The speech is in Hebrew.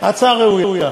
ההצעה ראויה.